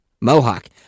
Mohawk